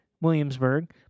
Williamsburg